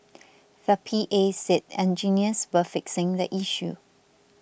the P A said engineers were fixing the issue